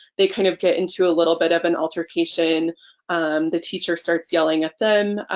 they kind of get into a little bit of an altercation the teacher starts yelling at them.